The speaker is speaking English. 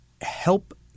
help –